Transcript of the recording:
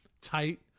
Tight